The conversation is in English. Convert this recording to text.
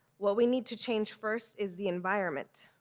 what we need to change first is the environment.